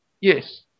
Yes